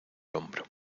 hombro